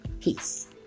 Peace